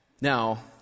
Now